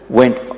went